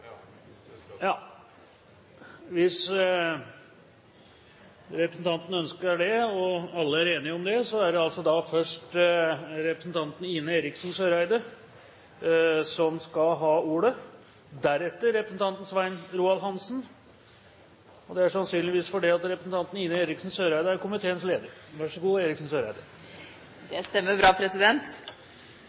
Hvis representanten ønsker det, og alle er enige om det, er det altså først representanten Ine M. Eriksen Søreide som skal ha ordet, deretter representanten Svein Roald Hansen. Det er sannsynligvis fordi representanten Ine M. Eriksen Søreide er komiteens leder.